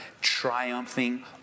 triumphing